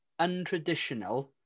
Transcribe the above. untraditional